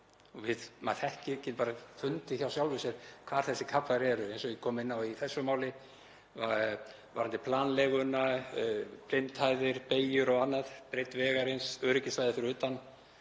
Maður getur bara fundið það hjá sjálfum sér hvar þessir kaflar eru, eins og ég kom inn á í þessu máli varðandi planleguna, blindhæðir, beygjur og annað, breidd vegarins, öryggissvæði fyrir utan,